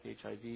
HIV